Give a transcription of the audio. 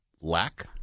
lack